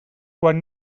quan